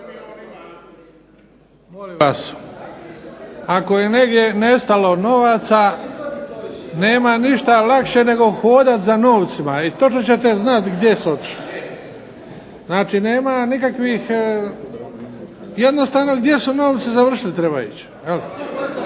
ako je negdje nestalo novaca nema ništa lakše nego hodati za novcima i točno ćete znati gdje su otišli. Jednostavno gdje su novci završili treba ići.